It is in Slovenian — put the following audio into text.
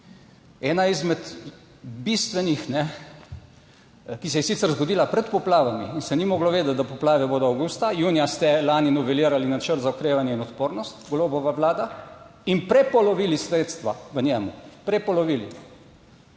Ena izmed bistvenih, ki se je sicer zgodila pred poplavami in se ni moglo vedeti, da poplave bodo avgusta. Junija ste lani novelirali načrt za okrevanje in odpornost Golobova vlada in prepolovili sredstva v njem,